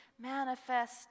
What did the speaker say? manifest